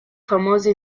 famoso